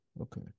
okay